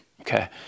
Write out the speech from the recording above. okay